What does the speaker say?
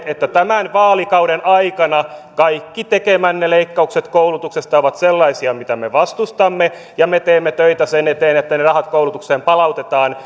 että tämän vaalikauden aikana kaikki tekemänne leikkaukset koulutuksesta ovat sellaisia mitä me vastustamme ja me teemme töitä sen eteen että ne rahat koulutukseen palautetaan